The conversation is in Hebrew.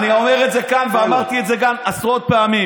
אני אומר את זה כאן ואמרתי את זה גם עשרות פעמים.